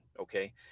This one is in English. okay